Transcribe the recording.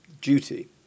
duty